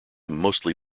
mostly